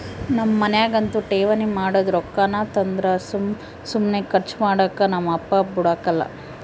ನಮ್ ಮನ್ಯಾಗಂತೂ ಠೇವಣಿ ಮಾಡಿದ್ ರೊಕ್ಕಾನ ತಂದ್ರ ಸುಮ್ ಸುಮ್ನೆ ಕರ್ಚು ಮಾಡಾಕ ನಮ್ ಅಪ್ಪ ಬುಡಕಲ್ಲ